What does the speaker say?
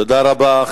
תודה רבה.